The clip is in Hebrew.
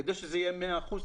כדי שזה יהיה מאה אחוזים,